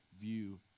view